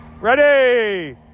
Ready